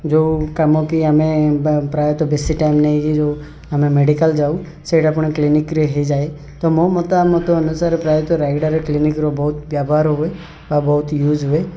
ଯେଉଁ କାମ କି ଆମେ ପ୍ରାୟତଃ ବେଶୀ ଟାଇମ୍ ନେଇକି ଯେଉଁ ଆମେ ମେଡ଼ିକାଲ୍ ଯାଉ ସେଇଟା ପୁଣି କ୍ଲିନିକ୍ରେ ହୋଇଯାଏ ତ ମୋ ମତାମତ ଅନୁସାରେ ପ୍ରାୟତଃ ରାଇଡ଼ାରେ କ୍ଲିନିକ୍ର ବହୁତ ବ୍ୟାବାହାର ହୁଏ ବା ବହୁତ ୟୁଜ୍ ହୁଏ